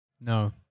No